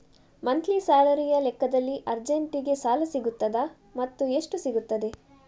Monthly ಸ್ಯಾಲರಿಯ ಲೆಕ್ಕದಲ್ಲಿ ಅರ್ಜೆಂಟಿಗೆ ಸಾಲ ಸಿಗುತ್ತದಾ ಮತ್ತುಎಷ್ಟು ಸಿಗುತ್ತದೆ?